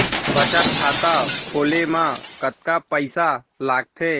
बचत खाता खोले मा कतका पइसा लागथे?